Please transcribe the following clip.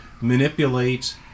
manipulate